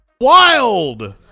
Wild